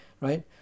right